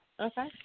Okay